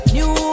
New